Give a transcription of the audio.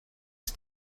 his